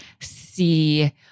See